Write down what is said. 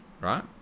right